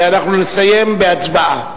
ואנחנו נסיים בהצבעה.